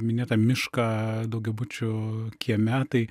minėtą mišką daugiabučių kieme tai